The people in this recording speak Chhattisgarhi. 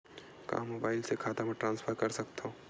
का मोबाइल से खाता म ट्रान्सफर कर सकथव?